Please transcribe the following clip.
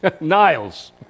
Niles